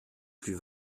plus